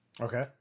Okay